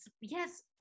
yes